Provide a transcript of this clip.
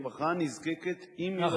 משפחה נזקקת עם ילדים.